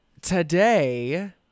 Today